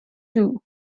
two